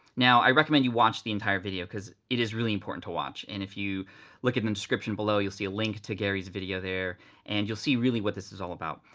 now i recommend you watch the entire video cause it is really important to watch and if you look in the description below, you'll see a link to gary's video there and you'll see really what this is all about.